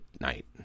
night